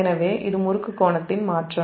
எனவே இது முறுக்கு கோணத்தின் மாற்றம்